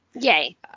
Yay